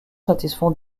satisfont